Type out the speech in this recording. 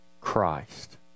Christ